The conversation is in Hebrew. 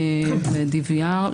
ל-DVR.